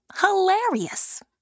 hilarious